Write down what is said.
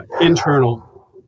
internal